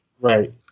Right